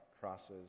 crosses